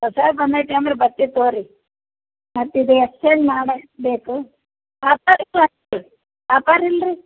ಹೊಸದು ಬಂದೈತಿ ಆಮೇಲೆ ಬರ್ತೀವಿ ತೊಗೋಳಿ ಮತ್ತು ಇದು ಎಕ್ಸ್ಚೇಂಜ್ ಮಾಡಬೇಕು ಆಫರ್ ಆಫರ್ ಇಲ್ಲಾರಿ